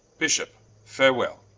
bishop farwell,